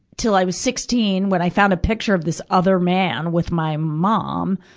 til i was sixteen, when i found a picture of this other man with my mom.